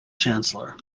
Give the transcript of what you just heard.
chancellor